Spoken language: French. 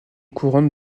couronne